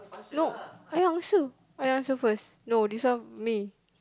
no I answer I answer first no this one me